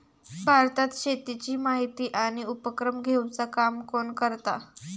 भारतात शेतीची माहिती आणि उपक्रम घेवचा काम कोण करता?